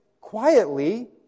quietly